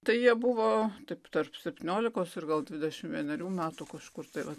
tai jie buvo taip tarp septyniolikos ir gal dvidešimt vienerių metų kažkur tai vat